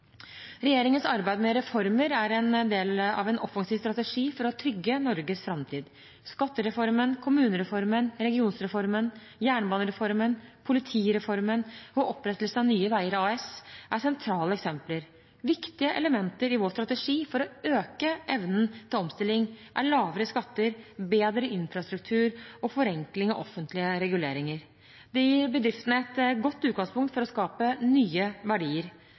Regjeringens arbeid med reformer er del av en offensiv strategi for å trygge Norges framtid. Skattereformen, kommunereformen, regionreformen, jernbanereformen, politireformen og opprettelsen av Nye Veier AS er sentrale eksempler. Viktige elementer i vår strategi for å øke evnen til omstilling er lavere skatter, bedre infrastruktur og forenkling av offentlige reguleringer. Det gir bedriftene et godt utgangspunkt for å skape nye verdier.